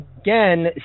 again